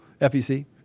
FEC